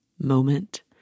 moment